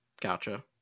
Gotcha